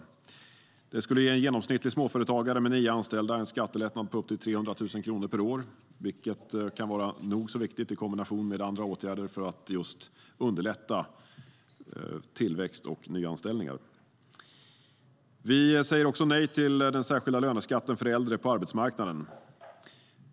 Det skulle ge en genomsnittlig småföretagare med nio anställda en skattelättnad på upp till 300 000 kronor per år, vilket kan vara nog så viktigt i kombination med andra åtgärder för att underlätta tillväxt och nyanställningar. Vi säger nej till den särskilda löneskatten för äldre på arbetsmarknaden.